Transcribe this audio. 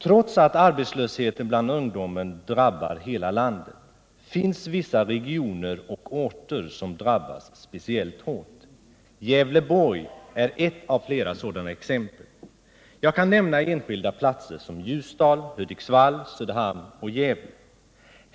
Trots att arbetslösheten bland ungdomen drabbar hela landet finns vissa regioner och orter som drabbas speciellt hårt. Gävleborg är ett av flera sådana exempel. Jag kan nämna enskilda platser som Ljusdal, Hudiksvall, Söderhamn och Gävle.